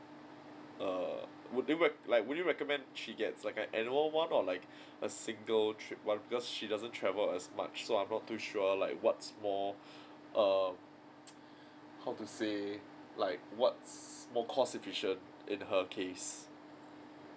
err would you would like would you recommend she gets like a annual one or like a single trip one because she doesn't travel as much so I'm not too sure like what's more um how to say like what's more cost efficient in her case